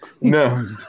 No